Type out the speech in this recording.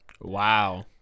Wow